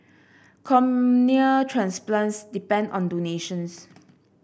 cornea transplants depend on donations